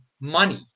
money